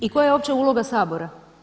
I koja je uopće uloga Sabora?